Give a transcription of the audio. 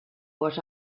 what